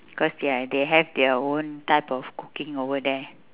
cause they are they have their own type of cooking over there